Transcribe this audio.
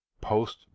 post